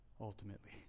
ultimately